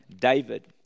David